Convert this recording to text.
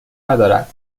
ندارد